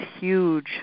huge